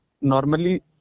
normally